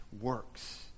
works